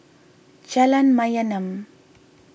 Jalan Mayaanam